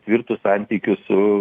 tvirtus santykius su